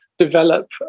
develop